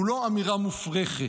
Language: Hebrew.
הוא לא אמירה מופרכת,